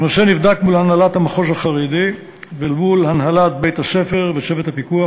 הנושא נבדק מול הנהלת המחוז החרדי ומול הנהלת בית-הספר וצוות הפיקוח,